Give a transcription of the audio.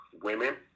women